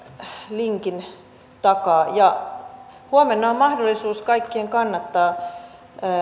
linkin takaa huomenna on mahdollisuus kaikkien kannattaa